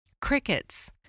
Crickets